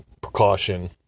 precaution